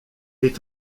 est